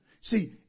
See